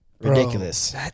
Ridiculous